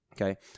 okay